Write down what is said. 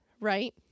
right